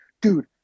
dude